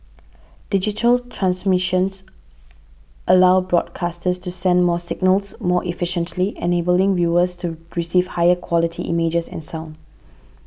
digital transmissions allow broadcasters to send more signals more efficiently enabling viewers to receive higher quality images and sound